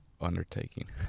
undertaking